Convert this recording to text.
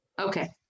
Okay